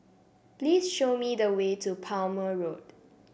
please show me the way to Palmer Road